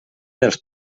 dels